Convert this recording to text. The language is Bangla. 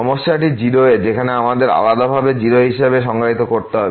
সমস্যাটি 0 এ যেখানে আমাদের আলাদাভাবে 0 হিসাবে সংজ্ঞায়িত করতে হবে